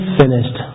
finished